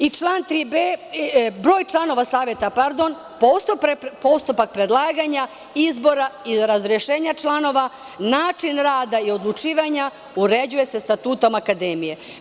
I član 3b, broj članova saveta, postupak predlaganja, izbora i razrešenja članova, način rada i odlučivanja, uređuje se statutom akademije.